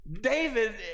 David